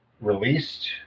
released